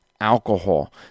alcohol